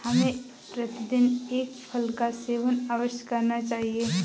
हमें प्रतिदिन एक फल का सेवन अवश्य करना चाहिए